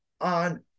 on